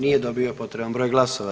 Nije dobio potreban broj glasova.